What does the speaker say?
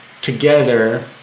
together